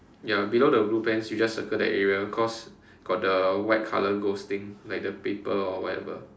ya below the blue pants you just circle that area cause got the white color ghost thing like the paper or whatever